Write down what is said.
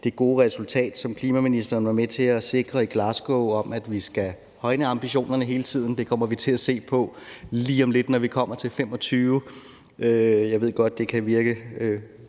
det gode resultat, som klimaministeren var med til at sikre i Glasgow, i forhold til at vi skal højne ambitionerne hele tiden. Det kommer vi til at se på lige om lidt, når vi kommer til 2025. Jeg ved godt, det måske kan virke